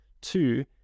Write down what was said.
two